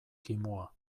kimua